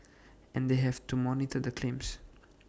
and they have to monitor the claims